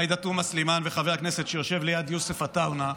עאידה תומא סלימאן וחבר הכנסת שיושב ליד יוסף עטאונה,